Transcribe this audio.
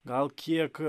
gal kiek